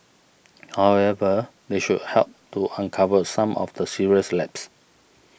however they should help to uncover some of the serious lapses